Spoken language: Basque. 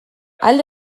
alde